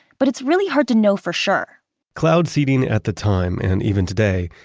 but it's really hard to know for sure cloud seeding at the time, and even today,